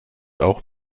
auch